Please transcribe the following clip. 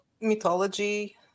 mythology